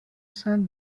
sein